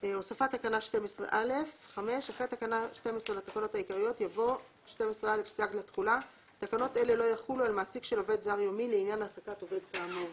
הוספת תקנה 12א 5. אחרי תקנה 12 לתקנות העיקריות יבוא: "סייג לתחולה 12א. תקנות אלה לא יחולו על מעסיק של עובד זר יומי לעניין העסקת עובד כאמור.